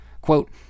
Quote